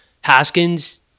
Haskins